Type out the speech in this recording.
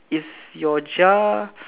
is your jar